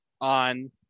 on